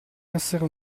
essere